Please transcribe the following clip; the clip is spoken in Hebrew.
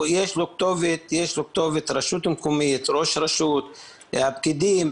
יש לו כתובת, רשות מקומית, ראש רשות, הפקידים.